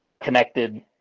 connected